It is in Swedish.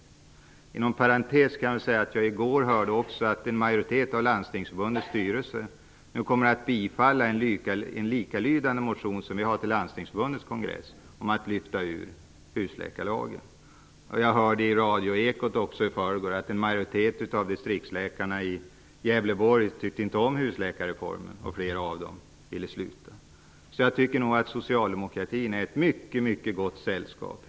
Låt mig inom parentes också nämna att jag i går hörde att en majoritet i Landstingsförbundets styrelse kommer att tillstyrka en motion från oss till Landstingsförbundets kongress om att husläkarlagen skall lyftas ut. Jag hörde dessutom på radioekot i förrgår att en majoritet av distriktsläkarna i Gävleborgs län inte tycker om husläkarreformen och att flera av dem vill sluta. Jag tycker mot denna bakgrund att socialdemokratin är i mycket gott sällskap.